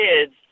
kids